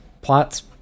plot's